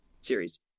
Series